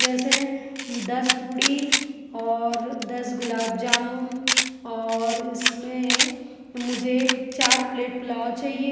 जैसे दस पूड़ी और दस गुलाब जामुन और इसमें मुझे चार प्लेट पुलाव चहिए